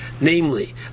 Namely